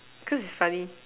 cause is funny